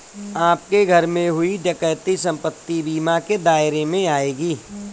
आपके घर में हुई डकैती संपत्ति बीमा के दायरे में आएगी